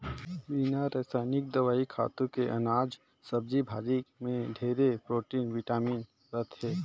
बिना रसइनिक दवई, खातू के अनाज, सब्जी भाजी में ढेरे प्रोटिन, बिटामिन रहथे